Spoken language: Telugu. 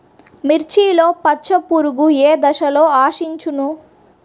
మిర్చిలో పచ్చ పురుగు ఏ దశలో ఆశించును?